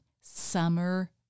summer